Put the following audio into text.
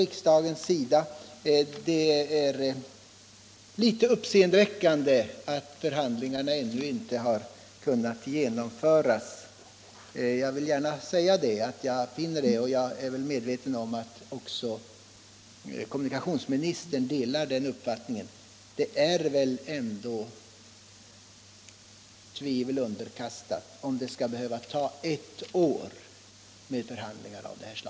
Den tidpunkten var den 1 februari 1975. Är kommunikationsministern beredd redovisa vilka resultat som uppnåddes vid de nämnda förhandlingarna?